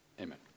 Amen